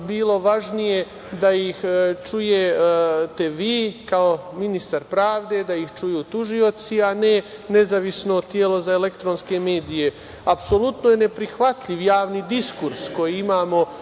bilo važnije da ih čujete vi, kao ministar pravde, da ih čuju tužioci, a ne Nezavisno telo za elektronske medije. Apsolutno je neprihvatljiv javni diskurs koji imamo